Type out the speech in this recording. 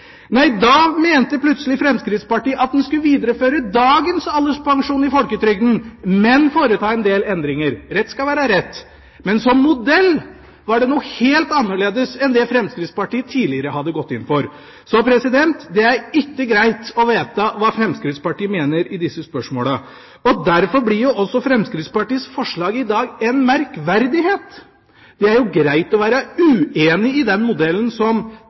Nei, da mente plutselig Fremskrittspartiet at en skulle videreføre dagens alderspensjon i folketrygden, men foreta en del endringer. Rett skal være rett. Men som modell var det noe helt annet enn det Fremskrittspartiet tidligere hadde gått inn for. Så det er ikke greit å vite hva Fremskrittspartiet mener i disse spørsmålene. Derfor blir jo også Fremskrittspartiets forslag i dag en merkverdighet. Det er greit å være uenig i den modellen som